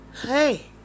Hey